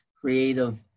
creative